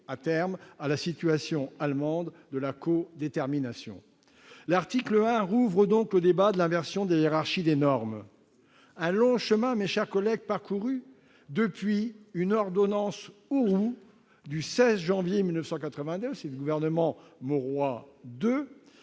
à terme, à la situation allemande de la codétermination. L'article 1 rouvre donc le débat sur l'inversion de la hiérarchie des normes. Il nous remémore, mes chers collègues, le long chemin parcouru depuis une ordonnance Auroux du 16 janvier 1982, prise par le gouvernement Mauroy II,